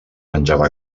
menjava